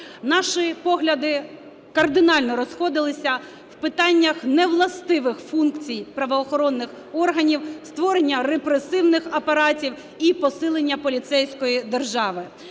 Наші погляди кардинально розходилися в питаннях невластивих функцій правоохоронних органів, створення репресивних апаратів і посилення поліцейської держави.